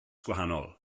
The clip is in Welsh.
gwahanol